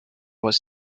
was